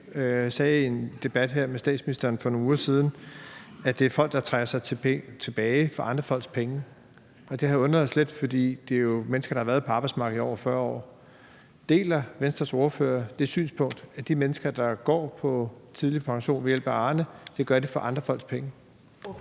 Pape sagde i en debat her med statsministeren for nogle uger siden, at det er folk, der trækker sig tilbage for andre folks penge. Det har undret os lidt, for det er jo mennesker, der har været på arbejdsmarkedet i over 40 år. Deler Venstres ordfører det synspunkt, at de mennesker, der går på tidlig pension ved hjælp af Arne, gør det for andre folks penge?